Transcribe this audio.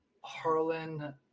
Harlan